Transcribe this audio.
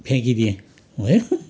फ्याँकि दिएँ है